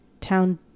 Town